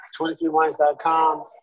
23wines.com